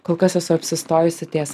kol kas esu apsistojusi ties